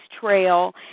trail